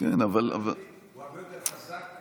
ולא סוחר --- הוא הרבה יותר חזק.